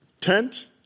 Tent